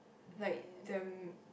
like the